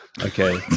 Okay